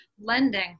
lending